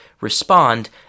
respond